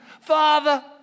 Father